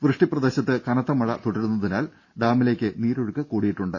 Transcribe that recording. വ്യഷ്ടി പ്രദേശത്ത് കനത്ത മഴ തുടരുന്നതിനാൽ ഡാമിലേക്കുള്ള നീരൊഴുക്ക് കൂടിയിട്ടുണ്ട്